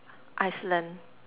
Iceland